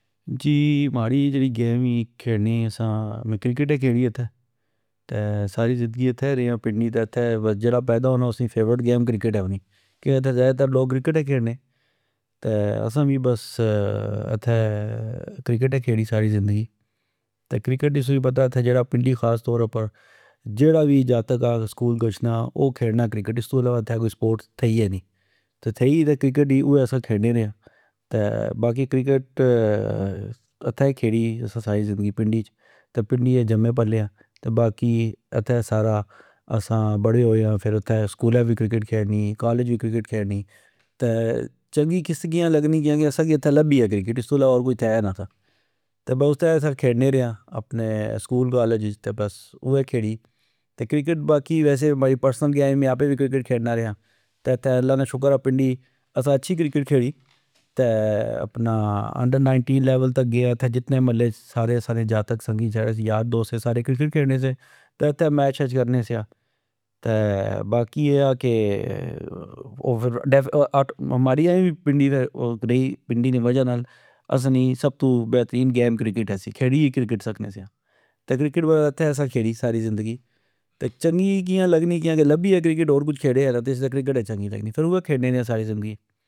جی ماڑی جیڑی گیم ای کھیڑنی اسا میں کرکٹ کھیڑی اتہ ،تہ ساری زندگی اتھے رے آ پنڈی تہ اتھے جیڑا پیدا ہونا اسنی فیورٹ گیم کرکٹ ہونی کیا اتھہ ذئدہہ لوگ کرکٹ کھینے تہ اسا وی بس اتھہ کرکٹ کھیڑی ساری زندگی تہ کرکٹ نا تسا کی پتا اتھہ پنڈی خاص طور اپر جیڑا وی جاتک آ سکول گچھنا او کھیلنا کرکٹ استو علاوہ اتھہ کوئی سپورٹ تھئی آ نی ،تھئی اتھہ کرکٹ ای اوے اسا کھینے رے آ تہ باقی کرکٹ اتھہ کھیڑی ساری زندگی پنڈی اچتہ پنڈی جمے پلے آ تہ باقی اتھہ سارااسابڑے ہوئے آ ۔سکولہ وی کرکٹ کھینی کالج وی کرکٹ کھینی تہ چنگی کیا لگنی کیاکہ اسا اتھہ لبی آ کرکٹ استو علاوہ کوئی اتھہ ہہ نہ تھا، تہ بس اس ترہ اسا کھینے رے آ اپنے سکول کالج اچ تہ بس اوئے کھیلی تہ کرکٹ باقی ویسے ماڑی پرسنل گیم ای آپے وی کرکٹ کھیلنا ریا ،تہ اتھہ اللہ نا شکر آ اسا اچھی کرکٹ کھیڑی تہ اپنا انڈر نائنٹین لیول تک گئے آ ۔اتھے جتنے اتھہ ساڑے مہلے وچ جاتک ،سنگی، یار دوست سے سارے کرکٹ کھینے سے ،تہ اتھہ میچ شیچ کرنے سیا۔ تہ باقی اے آ کے او فر ماڑی اے وی رئی پنڈی نی وجہ نال ۔اسا نی سب تو بہترین گیم کرکٹ سی کھیڑی ای کرکٹ سکنے سیا تہ کرکٹ اتھہ اسا کھیڑی ساری زندگی ،تہ چنگی کیا لگنی کہ لبی ای کرکٹ تہ تیا کرکٹ چنگی لگنی فر اوے کھیڑنے رے آ ساری زندگی۔